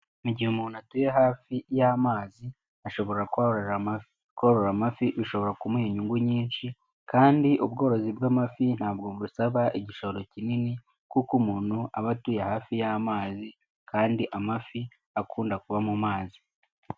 Mu gihe umuntu atuye hafi y'amazi ashobora korora amafi, korora amafi bishobora kumuha inyungu nyinshi kandi ubworozi bw'amafi ntabwo busaba igishoro kinini, kuko umuntu aba atuye hafi y'amazi kandi amafi akunda kuba mu mazi.